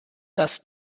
das